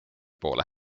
poole